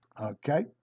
Okay